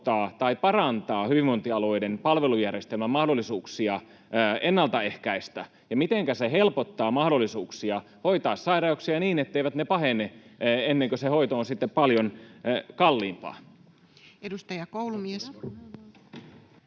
tai parantaa hyvinvointialueiden palvelujärjestelmän mahdollisuuksia ennalta ehkäistä, ja mitenkä se helpottaa mahdollisuuksia hoitaa sairauksia niin, etteivät ne pahene ennen kuin se hoito on sitten paljon kalliimpaa? [Speech